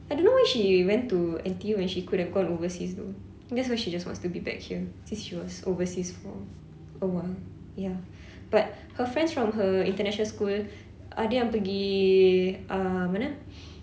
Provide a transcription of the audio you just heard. I don't know why she went to N_T_U when she could have gone overseas though I guess why she just wants to be back here since she was overseas for a while ya but her friends from her international school ada yang pergi uh mana